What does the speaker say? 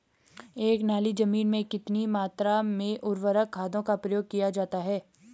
एक नाली जमीन में कितनी मात्रा में उर्वरक खादों का प्रयोग किया जाता है?